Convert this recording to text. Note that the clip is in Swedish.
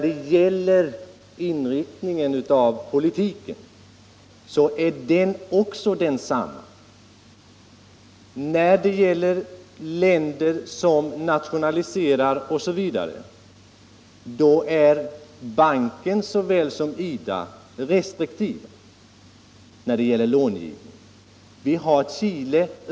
Politikens inriktning är också densamma. När det gäller länder som nationaliserar företag osv. är banken såväl som IDA restriktiva med lån.